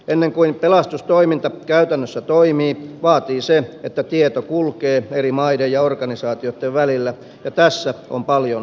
ennen kuin pelastustoiminta käytännössä toimii vaatii se että tieto kulkee eri maiden ja organisaatioitten välillä ja tässä on paljon parannettavaa